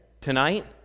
tonight